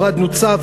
הורדנו צו,